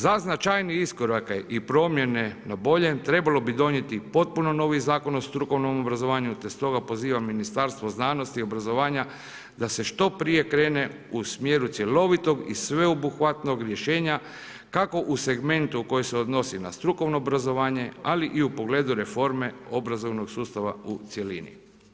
Za značajnije iskorake i promjene na bolje trebalo bi donijeti potpuno novi Zakon o strukovnom obrazovanju, te stoga pozivam Ministarstvo znanosti i obrazovanja da se što prije krene u smjeru cjelovitog i sveobuhvatnog rješenja kako u segmentu koji se odnosi na strukovno obrazovanje, ali i u pogledu reforme obrazovnog sustava u cjelini.